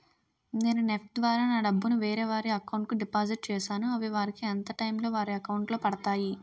నేను నెఫ్ట్ ద్వారా నా డబ్బు ను వేరే వారి అకౌంట్ కు డిపాజిట్ చేశాను అవి వారికి ఎంత టైం లొ వారి అకౌంట్ లొ పడతాయి?